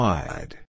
Wide